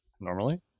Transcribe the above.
normally